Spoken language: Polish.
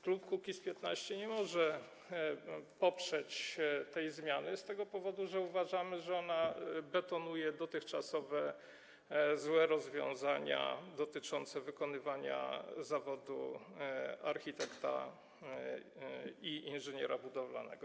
Klub Kukiz’15 niestety nie może poprzeć tej zmiany z tego powodu, że uważamy, że ona betonuje dotychczasowe złe rozwiązania dotyczące wykonywania zawodu architekta i inżyniera budowlanego.